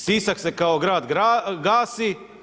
Sisak se kao grad gasi.